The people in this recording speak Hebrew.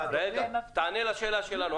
תענה לשאלה שלנו.